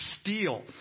steal